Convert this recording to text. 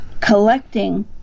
collecting